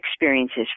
experiences